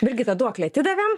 brigita duoklę atidavėm